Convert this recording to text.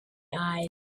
eyes